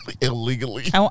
Illegally